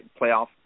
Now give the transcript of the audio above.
playoff